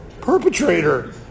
perpetrator